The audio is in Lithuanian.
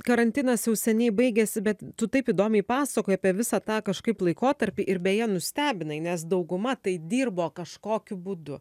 karantinas jau seniai baigėsi bet tu taip įdomiai pasakoji apie visą tą kažkaip laikotarpį ir beje nustebinai nes dauguma tai dirbo kažkokiu būdu